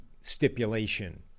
stipulation